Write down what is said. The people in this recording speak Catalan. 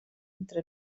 entre